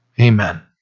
Amen